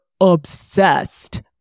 obsessed